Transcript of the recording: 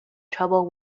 trouble